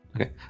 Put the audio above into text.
Okay